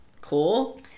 Cool